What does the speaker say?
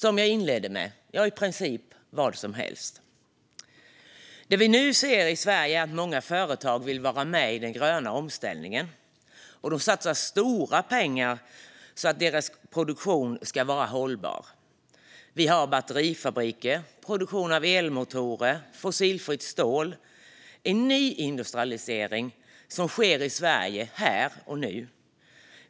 Som jag inledde med att säga är det alltså i princip vad som helst. I Sverige ser vi nu att många företag vill vara med i den gröna omställningen. De satsar stora pengar på att deras produktion ska vara hållbar. Vi har batterifabriker och produktion av elmotorer och fossilfritt stål. En ny industrialisering sker i Sverige här och nu,